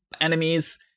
enemies